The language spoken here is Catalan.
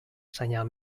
senyal